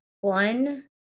One